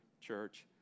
church